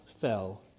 fell